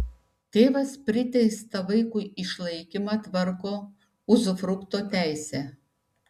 tėvas priteistą vaikui išlaikymą tvarko uzufrukto teise